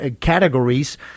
categories